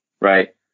right